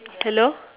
hello